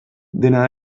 dena